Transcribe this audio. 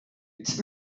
it’s